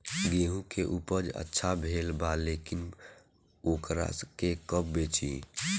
गेहूं के उपज अच्छा भेल बा लेकिन वोकरा के कब बेची?